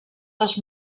les